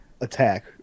attack